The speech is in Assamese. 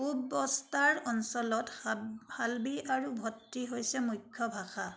পূব বস্তাৰ অঞ্চলত হাব হালবি আৰু ভত্ৰী হৈছে মুখ্য ভাষা